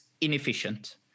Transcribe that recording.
inefficient